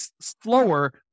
slower